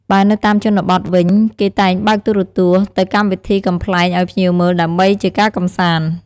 បើនៅតាមជនបទវិញ គេតែងបើកទូរទស្សន៍ទៅកម្មវិធីកំប្លែងឱ្យភ្ញៀវមើល ដើម្បីជាការកំសាន្ត។